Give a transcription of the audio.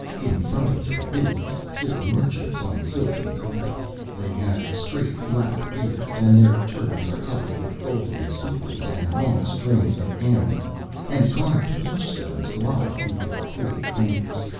in front of their booths sit the merchants on silken carpets. they have straight black beards, and their turbans are covered with golden sequins, and long strings of amber and carved peach-stones glide through their cool fingers.